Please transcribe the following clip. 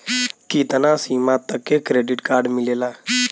कितना सीमा तक के क्रेडिट कार्ड मिलेला?